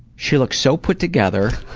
she looks so put-together.